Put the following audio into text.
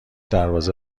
دروازه